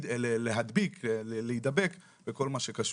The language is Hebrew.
להדביק, להידבק וכל מה שקשור.